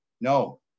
no